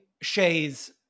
Shay's